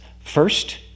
First